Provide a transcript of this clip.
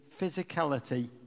physicality